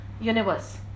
universe